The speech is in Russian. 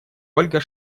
ольга